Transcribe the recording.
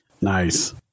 nice